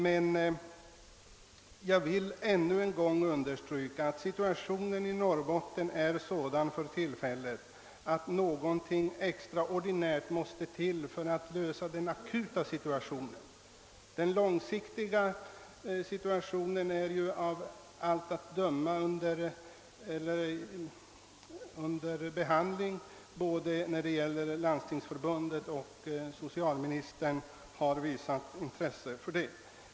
Men jag vill än en gång understryka att situationen i Norrbotten är sådan för närvarande att någonting extraordinärt måste till för att lösa de akuta problemen. Situationen på lång sikt är av allt att döma under behandling — både Landstingsförbundet och socialministern har visat intresse för detta.